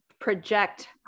project